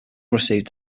received